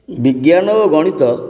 ବିଜ୍ଞାନ ଓ ଗଣିତ